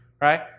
right